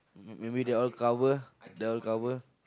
maybe they all cover they all cover